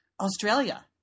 Australia